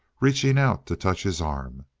reaching out to touch his arm.